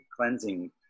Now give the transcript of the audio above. cleansing